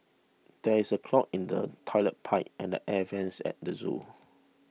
there is a clog in the Toilet Pipe and the Air Vents at the zoo